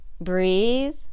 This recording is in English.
breathe